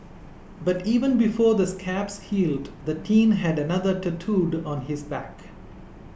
but even before the scabs healed the teen had another tattooed on his back